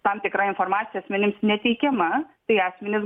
tam tikra informacija asmenims neteikiama tai asmenys